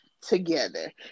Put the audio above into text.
together